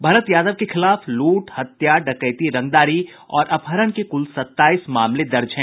भरत यादव के खिलाफ लूट हत्या डकैती रंगदारी और अपहरण के कुल सत्ताईस मामले दर्ज हैं